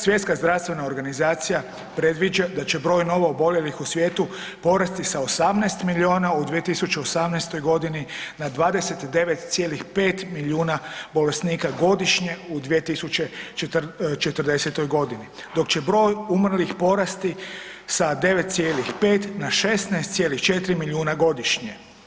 Svjetska zdravstvena organizacija predviđa da će broj novooboljelih u svijetu porasti sa 18 milijuna u 2018.g. na 29,5 milijuna godišnje u 2040.g. dok će broj umrlih porasti sa 9,5 na 16,4 milijuna godišnje.